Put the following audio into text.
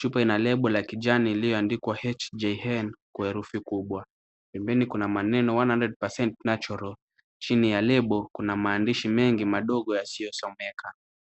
Chupa ina lebo ya kijani iliyoandikwa HJN kwa herufi kubwa. Pembeni kuna maneno one hundred percent natural . Chini ya lebo kuna maandishi mengi madogo yasiyosomeka.